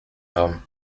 homme